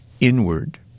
inward